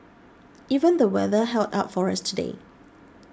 even the weather held up for us today